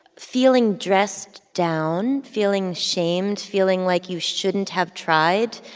feeling dressed down, feeling shamed, feeling like you shouldn't have tried